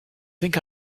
think